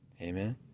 Amen